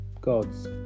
gods